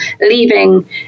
leaving